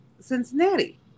Cincinnati